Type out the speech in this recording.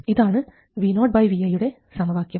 ഇതാണ് voii യുടെ സമവാക്യം